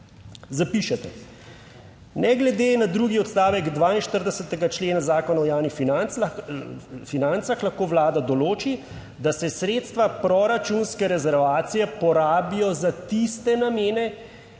Zapišete, ne glede na drugi odstavek 42. člena Zakona o javnih financah lahko Vlada določi, da se sredstva proračunske rezervacije porabijo za tiste namene